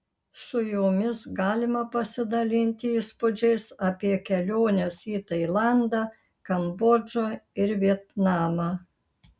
su jomis galima pasidalinti įspūdžiais apie keliones į tailandą kambodžą ir vietnamą